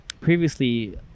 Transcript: previously